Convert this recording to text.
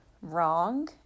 wrong